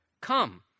come